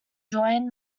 joined